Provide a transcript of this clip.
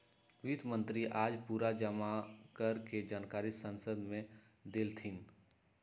वित्त मंत्री आज पूरा जमा कर के जानकारी संसद मे देलथिन